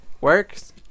works